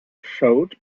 showed